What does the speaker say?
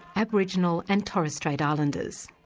aboriginal and torres strait islanders,